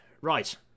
Right